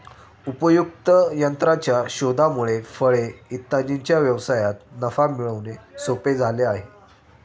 उपयुक्त यंत्राच्या शोधामुळे फळे इत्यादींच्या व्यवसायात नफा मिळवणे सोपे झाले आहे